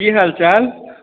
की हालचाल